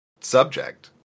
subject